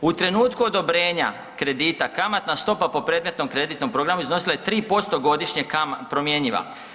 U trenutku odobrenja kredita kamatna stopa po predmetnom kreditnom programu iznosila je 3% godišnje promjenjiva.